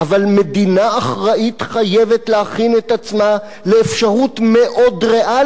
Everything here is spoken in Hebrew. אבל מדינה אחראית חייבת להכין את עצמה לאפשרות מאוד ריאלית.